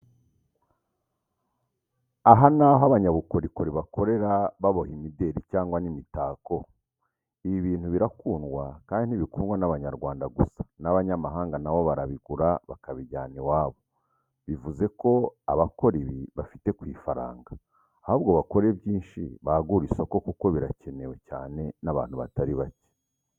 Aha ni aho abanyabukorikori bakorera baboha imideri cyangwa n'imitako, ibi bintu birakundwa kandi ntibikundwa n'Abanyarwanda gusa, n'Abanyamahanga na bo barabigura bakabijyana iwabo, bivuze ko abakora ibi bafite ku mafaranga ahubwo bakore byinshi bagure isoko kuko birakenewe cyane n'abantu batari bake.